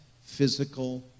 physical